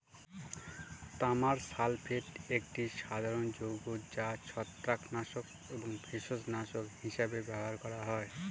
তামার সালফেট একটি সাধারণ যৌগ যা ছত্রাকনাশক এবং ভেষজনাশক হিসাবে ব্যবহার করা হয়